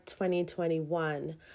2021